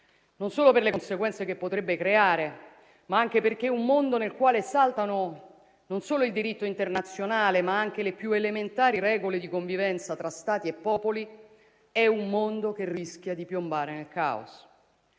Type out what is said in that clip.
non solo per le conseguenze che potrebbe creare, ma anche perché un mondo nel quale saltano non solo il diritto internazionale, ma anche le più elementari regole di convivenza tra Stati e popoli, è un mondo che rischia di piombare nel caos.